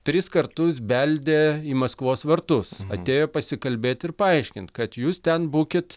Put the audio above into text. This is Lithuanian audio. tris kartus beldė į maskvos vartus atėjo pasikalbėt ir paaiškint kad jūs ten būkit